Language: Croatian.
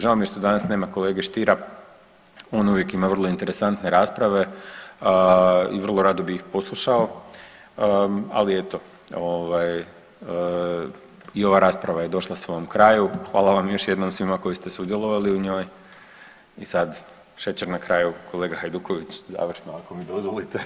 Žao mi je što danas nema kolege Stiera, on uvijek ima vrlo interesantne rasprave i vrlo rado bi ih poslušao, ali eto ovaj i ova rasprava je došla svom kraju, hvala vam još jednom svima koji ste sudjelovali u njoj i sad šećer na kraju kolega Hajduković završno ako mi dozvolite.